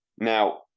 Now